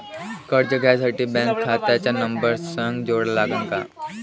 कर्ज घ्यासाठी बँक खात्याचा नंबर संग जोडा लागन का?